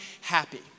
Happy